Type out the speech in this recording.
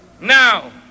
now